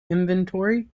inventory